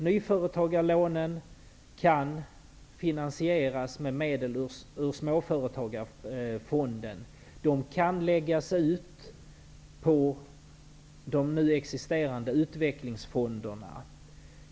Nyföretagarlånen kan finansieras med medel ur Småföretagarfonden. De kan läggas ut på de nu existerande Utvecklingsfonderna.